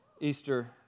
Easter